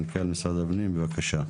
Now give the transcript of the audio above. בבקשה.